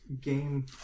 game